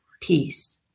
peace